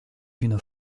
une